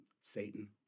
Satan